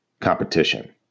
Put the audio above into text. competition